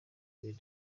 rimwe